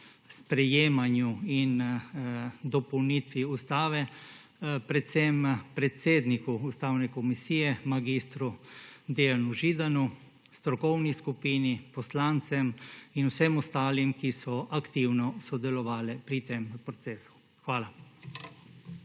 sprejemanju in dopolnitvi ustave predvsem predsedniku Ustavne komisije mag. Dejanu Židanu, strokovni skupini, poslancem in vsem ostalim, ki so aktivno sodelovale pri tem procesu. Hvala.